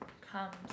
comes